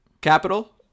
capital